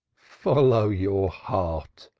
follow your heart,